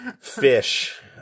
fish